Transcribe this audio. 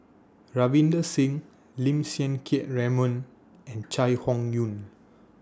Ravinder Singh Lim Siang Keat Raymond and Chai Hon Yoong